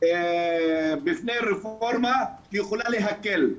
בפני רפורמה שיכולה להקל.